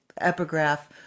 epigraph